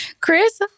Chris